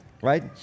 right